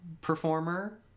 performer